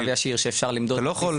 הרי אין קו ישיר שאפשר למדוד לפיו.